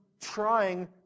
trying